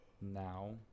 now